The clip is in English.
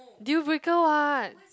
deal breaker [what]